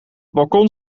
balkon